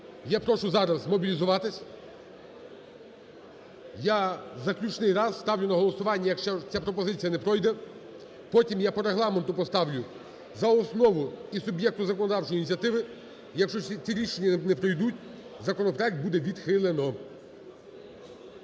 Я прошу зараз змобілізуватися. Я заключний раз ставлю на голосування, якщо ця пропозиція не пройде, потім я по Регламенту поставлю за основу і суб'єкту законодавчої ініціативи, якщо ці рішення не пройдуть, законопроект буде відхилено.